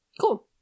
Cool